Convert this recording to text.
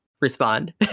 respond